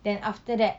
then after that